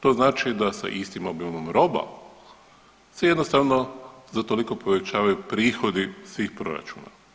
To znači da sa istim obimom roba se jednostavno za toliko povećavaju prihodi svih proračuna.